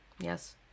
Yes